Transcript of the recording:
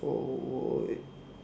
so